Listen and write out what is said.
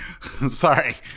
Sorry